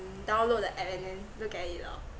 download the app and then look at it lor